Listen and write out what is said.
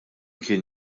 kien